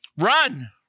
Run